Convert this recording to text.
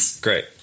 Great